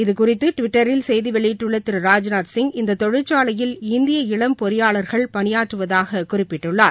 இது குறித்து டிவிட்டரில் செய்தி வெளியிட்டுள்ள திரு ராஜ்நாத் சிங் இந்த தொழிற்சாவையில் இந்திய இளம் பொறியாளர்கள் பணியாற்றுவதாக குறிப்பிட்டுள்ளார்